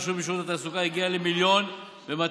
על רקע התפשטות נגיף הקורונה בישראל ועל מנת